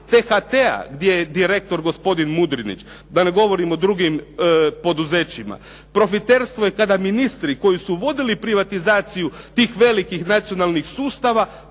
THT-a gdje je direktor gospodin Mudrinić da ne govorim o drugim poduzećima. Profiterstvo je tada ministri koji su vodili tada privatizaciju tih velikih nacionalnih sustava,